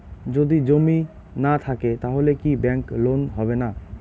যদি জমি না থাকে তাহলে কি ব্যাংক লোন হবে না?